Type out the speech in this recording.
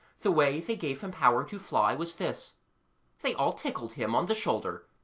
the way they gave him power to fly was this they all tickled him on the shoulder,